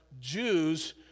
Jews